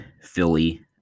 Philly